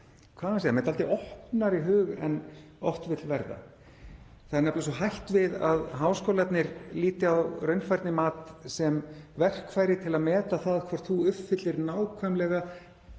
að segja, með dálítið opnari hug en oft vill verða. Það er nefnilega svo hætt við að háskólarnir líti á raunfærnimat sem verkfæri til að meta hvort þú uppfyllir nákvæmlega